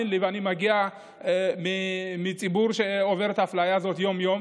את האפליה הזאת יום-יום,